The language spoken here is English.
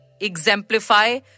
exemplify